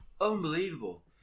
Unbelievable